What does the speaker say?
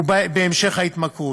ובהמשך, התמכרות.